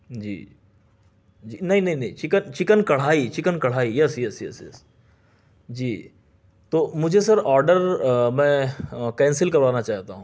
جی جی نہیں نہیں نہیں chicken chicken karahi chicken karahi yes yes yes yes جی تو مجھے سر آرڈر میں کینسل کروانا چاہتا ہوں